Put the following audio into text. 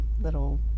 little